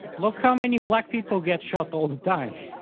look how many black people get shot all the time.